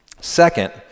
Second